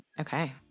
Okay